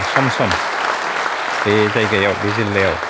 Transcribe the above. सम सम बे जायगायाव बे जिल्लायाव